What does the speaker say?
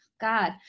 God